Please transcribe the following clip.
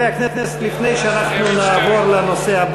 נתקבלה.